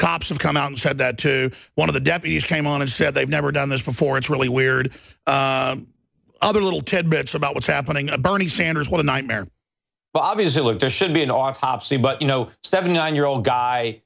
cops have come out and said that to one of the deputies came on and said they've never done this before it's really weird other little tidbits about what's happening a bernie sanders what a nightmare but obviously look there should be an autopsy but you know seventy nine year old guy